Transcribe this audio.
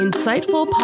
Insightful